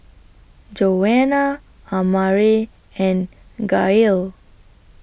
Joana Amare and Gail